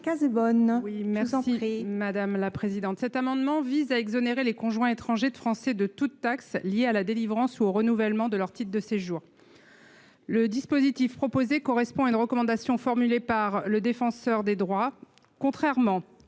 Cet amendement vise à exonérer les conjoints étrangers de Français de toute taxe liée à la délivrance ou au renouvellement de leur titre de séjour. Le dispositif proposé correspond à une recommandation formulée par le Défenseur des droits.